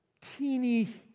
teeny